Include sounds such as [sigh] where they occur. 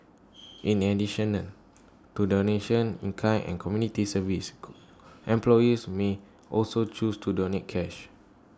in [unintelligible] to donation in kind and community service [noise] employees may also choose to donate cash